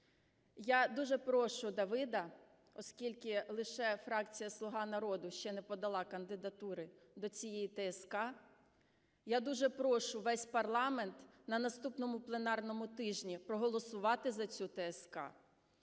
Я дуже прошу Давида, оскільки лише фракція "Слуга народу" ще не подала кандидатури до цієї ТСК, я дуже прошу весь парламент на наступному пленарному тижні проголосувати за цю ТСК.